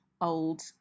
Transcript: old